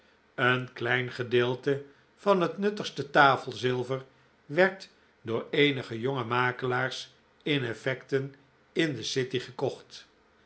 een klein gedeelte van het nuttigste tafelzilver werd door eenige jonge makelaars in effecten in de city gekocht